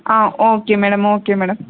ah okay madam okay madam